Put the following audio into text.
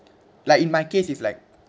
like in my case it's like